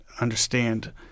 understand